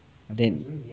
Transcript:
and then